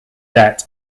debt